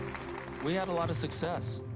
we had a lot of success,